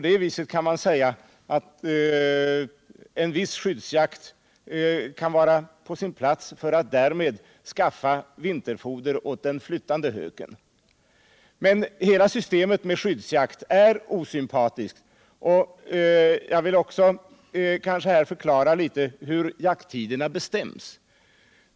Därför kan en viss skyddsjakt sägas vara på sin plats i syfte att säkra vinterfoder åt den flyttande höken. Hela systemet med skyddsjakt är emellertid osympatiskt. Jag vill här också i någon mån klargöra hur jakttiderna bestäms.